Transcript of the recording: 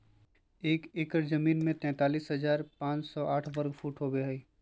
एक एकड़ जमीन में तैंतालीस हजार पांच सौ साठ वर्ग फुट होबो हइ